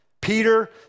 Peter